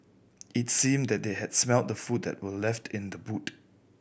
it seemed that they had smelt the food that were left in the boot